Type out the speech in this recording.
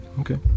Okay